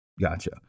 Gotcha